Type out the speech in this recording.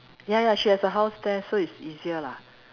ya ya she has a house there so it's easier lah